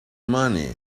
money